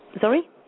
Sorry